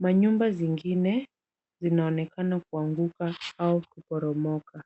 Manyumba zingine zinaonekana kuanguka au kuporomoka.